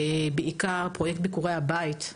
ובעיקר פרויקט ביקורי הבית,